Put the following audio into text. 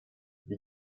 die